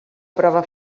prova